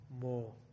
more